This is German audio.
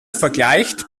vergleicht